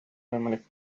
võimalik